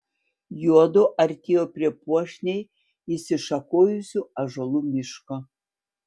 juodu artėjo prie puošniai išsišakojusių ąžuolų miško